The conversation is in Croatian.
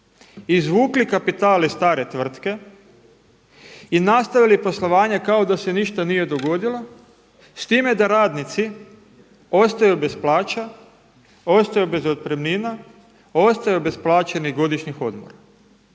izvukli kapital iz stare tvrtke i nastavili poslovanje kao da se ništa nije dogodilo, s time da radnici ostaju bez plaća, ostaju bez otpremnina, ostaju bez plaćenih godišnjih odmora